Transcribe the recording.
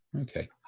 Okay